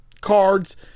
cards